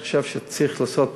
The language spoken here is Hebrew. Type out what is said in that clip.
אני חושב שצריך לעשות